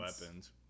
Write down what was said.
weapons